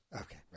Okay